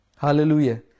Hallelujah